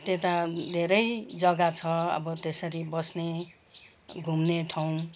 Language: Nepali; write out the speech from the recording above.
त्यता धेरै जग्गा छ अब त्यसरी बस्ने घुम्ने ठाउँ